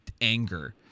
anger